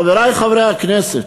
חברי חברי הכנסת,